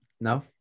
No